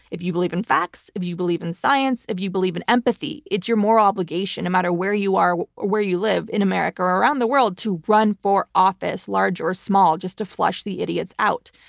if you believe in facts, if you believe in science, if you believe in empathy, it's your moral obligation, no matter where you are or where you live in america or around the world to run for office, large or small, just to flush the idiots out.